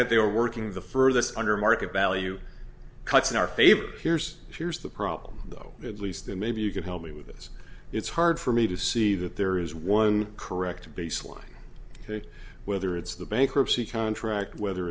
that they were working the furthest under market value cuts in our favor here's here's the problem though at least and maybe you can help me with this it's hard for me to see that there is one correct baseline to whether it's the bankruptcy contract whether